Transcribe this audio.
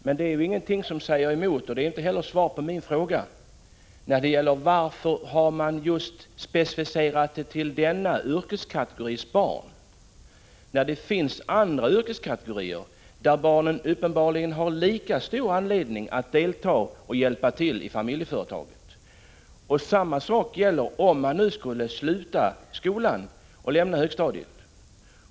Jag har inte talat emot detta, men det är inte heller svar på min fråga varför man har specificerat dispensen till just denna yrkeskategoris barn, när det finns andra yrkeskategorier vars barn uppenbarligen har lika stor anledning att delta och hjälpa till i familjeföretaget. Samma sak gäller om ungdomarna skulle sluta skolan och lämna högstadiet.